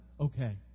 okay